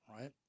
Right